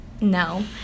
no